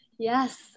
Yes